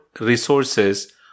resources